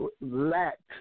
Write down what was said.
lacked